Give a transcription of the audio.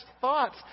thoughts